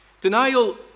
Denial